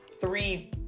three